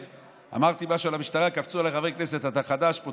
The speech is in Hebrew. ; קפצו עליי חברי כנסת: אתה חדש פה,